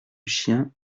chien